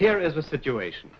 here is a situation